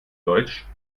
deutsch